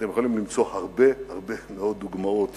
אתם יכולים למצוא הרבה, הרבה מאוד, דוגמאות